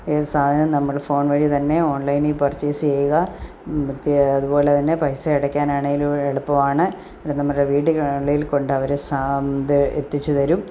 ഏ സാധനം നമ്മൾ ഫോൺ വഴി തന്നെ ഓൺലൈനിൽ പർച്ചെയ്സ് ചെയ്യുക അതുപോലെതന്നെ പൈസ അടക്കാനാണെങ്കിലും എളുപ്പം ആണ് അതു നമ്മുടെ വീടുകളിൽ കൊണ്ട് അവർ സാ ഇത് എത്തിച്ചുതരും